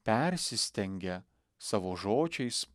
persistengia savo žodžiais